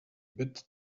bit